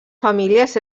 famílies